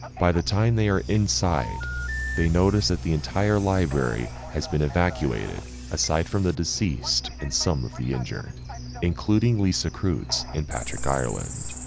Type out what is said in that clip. by the time, they are inside they noticed that the entire library has been evacuated aside from the deceased and some of the injured including lisa kreutz and patrick ireland.